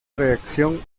reacción